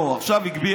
אוה, עכשיו הגביה.